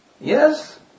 yes